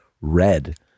Red